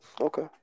Okay